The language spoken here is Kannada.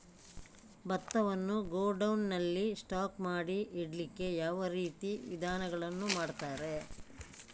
ಭತ್ತವನ್ನು ಗೋಡೌನ್ ನಲ್ಲಿ ಸ್ಟಾಕ್ ಮಾಡಿ ಇಡ್ಲಿಕ್ಕೆ ಯಾವ ರೀತಿಯ ವಿಧಾನಗಳನ್ನು ಮಾಡ್ತಾರೆ?